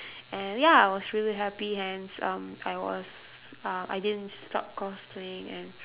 and ya I was really happy hence um I was uh I didn't stop cosplaying and